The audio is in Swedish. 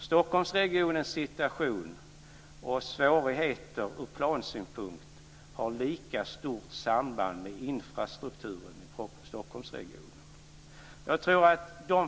Stockholmsregionens situation och svårigheter ur plansynpunkt har lika stort samband med infrastrukturen här.